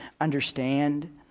understand